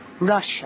Russia